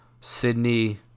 Sydney